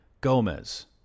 Gomez